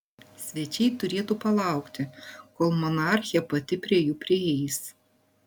svečiai turėtų palaukti kol monarchė pati prie jų prieis